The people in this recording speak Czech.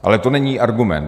Ale to není argument.